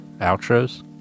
outros